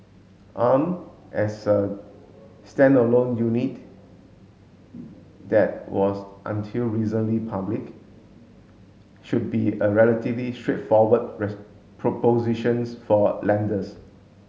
arm as a standalone unit that was until recently public should be a relatively straightforward propositions for lenders